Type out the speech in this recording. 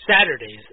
Saturdays